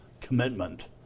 commitment